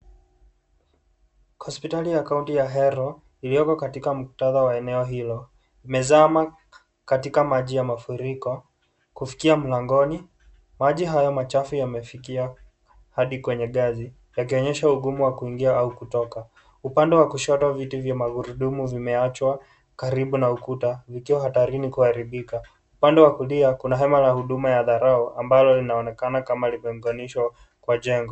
Hospitali ya kaunti ya Ahero iliyoko katika muktadha wa eneo hilo imezama katika maji ya mafuriko kufikia mlangoni. Maji hayo machafu yamefikia hadi kwenye ngazi yakionyesha ugumu wa kuingia au kutoka. Upande wa kushoto viti vya magurudumu vimeachwa karibu na ukuta vikiwa hatarini kuharibika. Upande wa kulia kuna hema la huduma ya dharau ambalo linaonekana kama limeunganishwa kwa jengo.